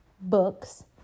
books